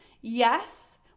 Yes